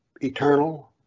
eternal